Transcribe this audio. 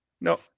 No